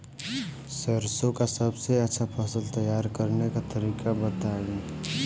सरसों का सबसे अच्छा फसल तैयार करने का तरीका बताई